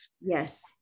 Yes